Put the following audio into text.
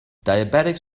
diabetics